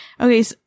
Okay